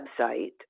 website